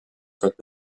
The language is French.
code